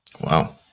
wow